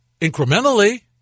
incrementally